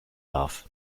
darf